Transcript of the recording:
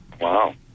Wow